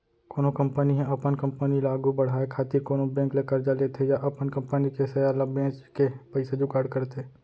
कोनो कंपनी ह अपन कंपनी ल आघु बड़हाय खातिर कोनो बेंक ले करजा लेथे या अपन कंपनी के सेयर ल बेंच के पइसा जुगाड़ करथे